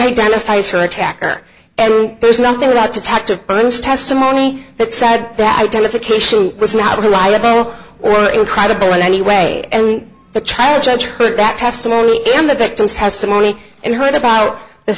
identifies her attacker and there's nothing like to talk to testimony that said that identification was not reliable or incredible in any way and the trial judge heard that testimony in the victim's testimony and heard about the